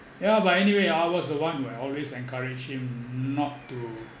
ya but anyway I was the one will always encourage him not to